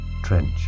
trench